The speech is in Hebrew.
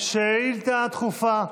שאילתה דחופה.